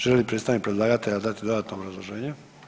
Želi li predstavnik predlagatelja dati dodatno obrazloženje?